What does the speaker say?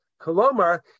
Kolomar